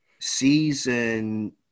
season